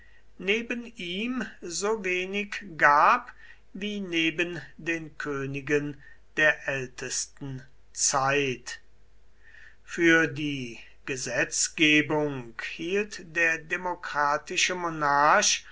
neben ihm so wenig gab wie neben den königen der ältesten zeit für die gesetzgebung hielt der demokratische